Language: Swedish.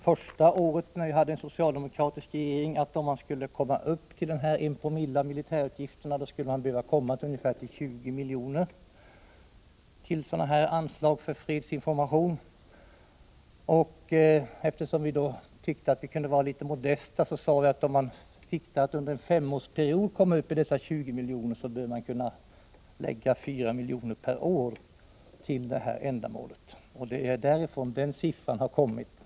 Första året som vi hade en socialdemokratisk regering sade vi: Om man skall komma upp till 1 Zc av militärutgifterna behöver anslaget till fredsinformation vara 20 miljoner. Eftersom vi då tyckte att vi kunde vara litet modesta föreslog vi att vi skulle sikta på att under en femårsperiod komma upp i nästan 20 miljoner och anslå fyra miljoner per år till detta ändamål. Det är därifrån den siffran har kommit.